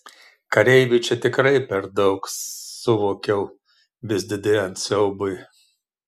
kareivių čia tikrai per daug suvokiau vis didėjant siaubui